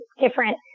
different